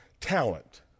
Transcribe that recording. talent